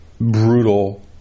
brutal